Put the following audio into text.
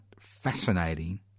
fascinating